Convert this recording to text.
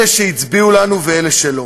אלה שהצביעו לנו ואלה שלא.